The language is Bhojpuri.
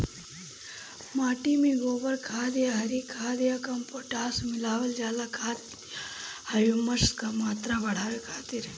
माटी में गोबर खाद या हरी खाद या कम्पोस्ट मिलावल जाला खाद या ह्यूमस क मात्रा बढ़ावे खातिर?